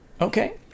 Okay